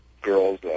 girls